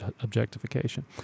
objectification